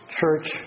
church